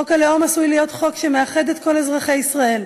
חוק הלאום עשוי להיות חוק שמאחד את כל אזרחי ישראל.